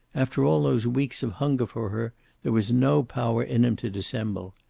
after all those weeks of hunger for her there was no power in him to dissemble.